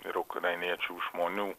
ir ukrainiečių žmonių